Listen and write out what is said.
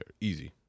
Easy